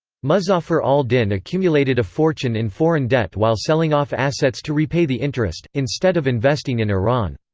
muzzafir al-din accumulated a fortune in foreign debt while selling off assets to repay the interest, instead of investing in iran.